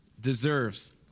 deserves